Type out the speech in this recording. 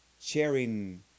sharing